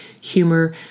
humor